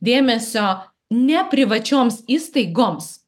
dėmesio ne privačioms įstaigoms